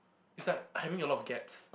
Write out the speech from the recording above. it's like having a lot of gaps